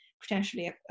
potentially